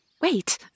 Wait